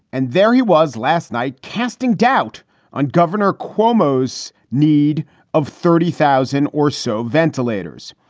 and there he was last night casting doubt on governor cuomo's need of thirty thousand or so ventilators.